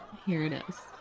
here it is.